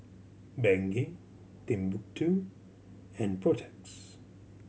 Bengay Timbuk Two and Protex